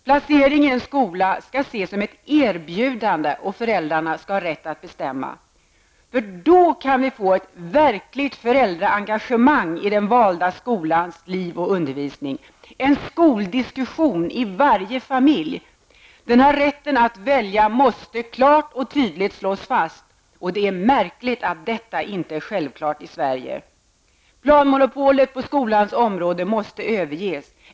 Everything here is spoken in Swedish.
Placering i en skola skall ses som ett erbjudande och föräldrarna skall ha rätt att bestämma. Då kan vi få ett verkligt föräldraengagemang i den valda skolans liv och undervisning -- en skoldiskussion i varje familj. Denna rätt att välja måste klart och tydligt slås fast. Det är märkligt att inte detta är självklart i Sverige! Planmonopolet på skolans område måste överges.